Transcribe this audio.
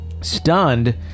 Stunned